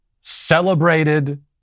celebrated